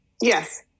yes